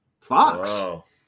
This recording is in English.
fox